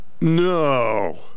No